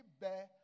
bear